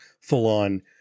full-on